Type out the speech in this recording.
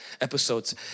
episodes